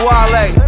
Wale